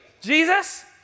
Jesus